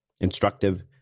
instructive